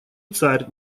царь